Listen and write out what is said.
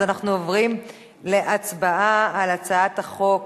אז אנחנו עוברים להצבעה על הצעת חוק